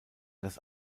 das